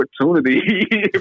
opportunity